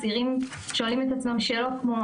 צעירים שואלים את עצמם שאלות כמו,